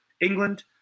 england